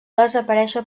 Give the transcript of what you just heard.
desaparèixer